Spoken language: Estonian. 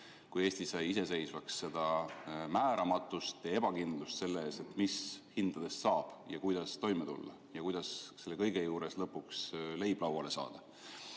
kui Eesti sai iseseisvaks, seda määramatust ja ebakindlust – mis hindadest saab, kuidas toime tulla ja kuidas selle kõige juures lõpuks leib lauale saada?